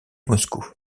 moscou